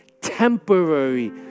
temporary